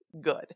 good